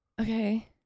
Okay